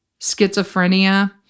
schizophrenia